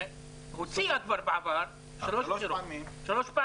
הוציאה כבר בעבר שלוש פעמים.